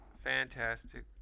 fantastic